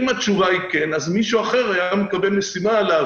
אם התשובה היא כן אז מישהו אחר היה מקבל משימה להביא את המסכות לכאן.